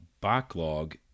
backlog